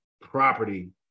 property